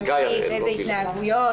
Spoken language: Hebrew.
איזה התנהגויות,